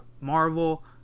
Marvel